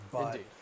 Indeed